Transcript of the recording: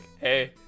hey